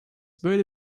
böyle